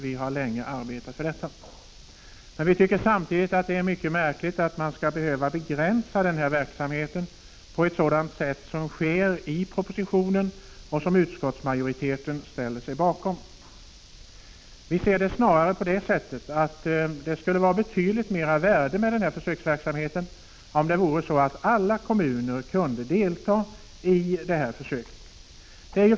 Vi har länge arbetat för detta. Men vi tycker samtidigt att det är mycket märkligt att verksamheten skall behöva begränsas på ett sådant sätt som föreslås i propositionen och som utskottsmajoriteten ställer sig bakom. Enligt vår mening skulle försöksverksamheten vara av betydligt större värde om alla kommuner kunde delta i försöket.